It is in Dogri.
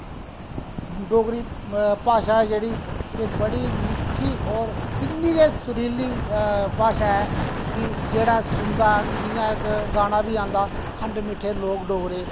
डोगरी भाशा ऐ जेह्ड़ी एह् इन्नी मिट्ठी होर इन्नी गै सुरीली भाशा ऐ की जेह्ड़ा सुनदा जि'यां इक गाना बी औंदा खंड मिट्ठे लोग डोगरे